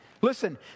Listen